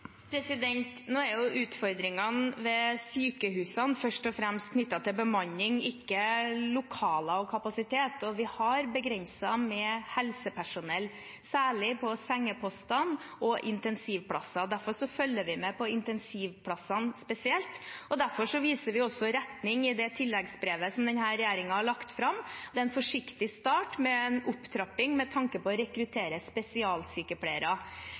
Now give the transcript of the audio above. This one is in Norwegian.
Nå er jo utfordringene ved sykehusene først og fremst knyttet til bemanning, ikke lokaler og kapasitet. Vi har begrenset med helsepersonell, særlig på sengepostene og intensivplassene. Derfor følger vi med på intensivplassene spesielt, og derfor viser vi også retning i det tilleggsbrevet som denne regjeringen har lagt fram. Det er en forsiktig start med en opptrapping med tanke på å rekruttere spesialsykepleiere.